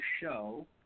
show